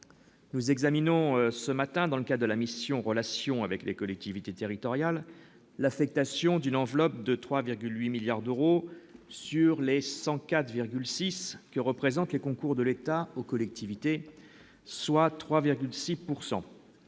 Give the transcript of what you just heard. nous examinons ce matin dans le cas de la mission, relations avec les collectivités territoriales, l'affectation d'une enveloppe de 3,8 milliards d'euros sur les 104,6 que représentent les concours de l'État aux collectivités, soit 3,6